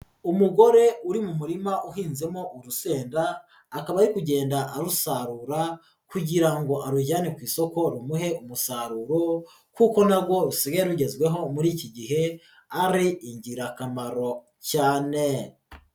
Umugore uri mu murima uhinzemo urusenda akaba ari kugenda arusarura kugira ngo arujyane ku isoko rumuhe umusaruro kuko na rwo rusigaye bigezweho muri iki gihe ari ingirakamaro cyane.